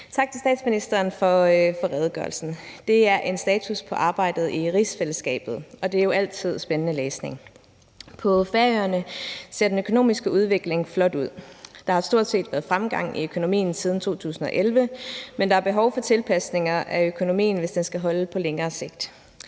Tak til statsministeren for redegørelsen. Det er en status på arbejdet i rigsfællesskabet, og det er jo altid spændende læsning. På Færøerne ser den økonomiske udvikling flot ud. Der har stort set været fremgang i økonomien siden 2011, men der er behov for tilpasninger af økonomien, hvis den skal holde på længere sigt.